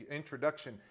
introduction